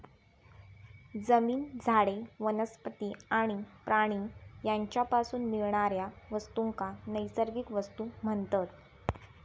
जमीन, झाडे, वनस्पती आणि प्राणी यांच्यापासून मिळणाऱ्या वस्तूंका नैसर्गिक वस्तू म्हणतत